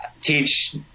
teach